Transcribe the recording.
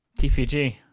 TPG